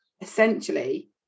essentially